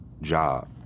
job